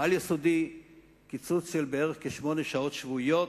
בעל-יסודי קיצוץ של כשמונה שעות שבועיות,